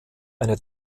eine